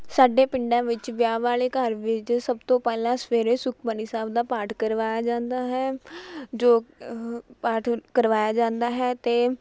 ਸਾਡੇ ਪਿੰਡਾਂ ਵਿੱਚ ਵਿਆਹ ਵਾਲੇ ਘਰ ਵਿੱਚ ਸਭ ਤੋਂ ਪਹਿਲਾਂ ਸਵੇਰੇ ਸੁਖਮਨੀ ਸਾਹਿਬ ਦਾ ਪਾਠ ਕਰਵਾਇਆ ਜਾਂਦਾ ਹੈ ਜੋ ਪਾਠ ਕਰਵਾਇਆ ਜਾਂਦਾ ਹੈ ਅਤੇ